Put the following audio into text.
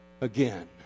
again